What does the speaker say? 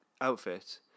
outfit